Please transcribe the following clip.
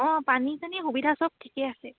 অঁ পানী চানী সুবিধা চব ঠিকেই আছে